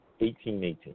1818